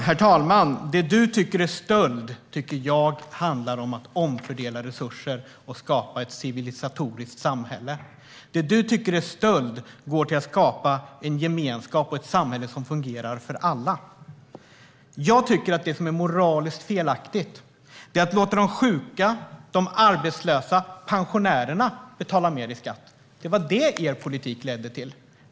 Herr talman! Det du tycker är stöld tycker jag handlar om att omfördela resurser och skapa ett civilisatoriskt samhälle. Det du tycker är stöld går till att skapa en gemenskap och ett samhälle som fungerar för alla. Jag tycker att det som är moraliskt felaktigt är att låta de sjuka, de arbetslösa och pensionärerna betala mer i skatt. Det var detta som er politik ledde till.